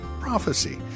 prophecy